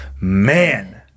Man